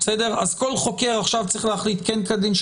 אז כל חוקר עכשיו צריך להחליט כן כדין,